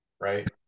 Right